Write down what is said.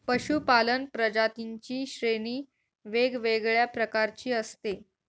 पशूपालन प्रजातींची श्रेणी वेगवेगळ्या प्रकारची असते